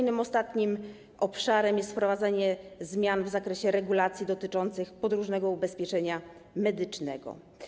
Kolejny, ostatni obszar to wprowadzanie zmian w zakresie regulacji dotyczących podróżnego ubezpieczenia medycznego.